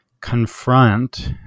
confront